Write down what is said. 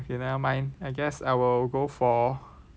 okay never mind I guess I will go for